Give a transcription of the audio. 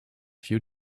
few